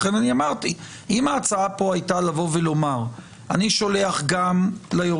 לכן אני אמרתי שאם ההצעה פה הייתה לבוא ולומר: אני שולח ליורשים,